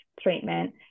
treatment